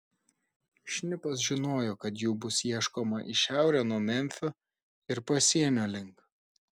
šnipas žinojo kad jų bus ieškoma į šiaurę nuo memfio ir pasienio link